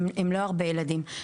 הם לא הרבה ילדים.